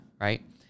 right